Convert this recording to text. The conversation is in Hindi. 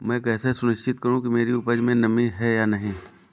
मैं कैसे सुनिश्चित करूँ कि मेरी उपज में नमी है या नहीं है?